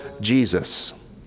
Jesus